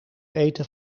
eten